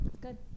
Good